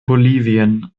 bolivien